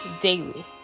Daily